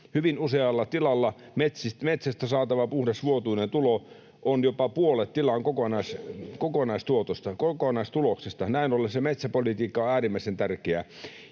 Hyvin usealla tilalla metsästä saatava puhdas vuotuinen tulo on jopa puolet tilan kokonaistuloksesta. Näin ollen se metsäpolitiikka on äärimmäisen tärkeää.